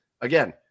again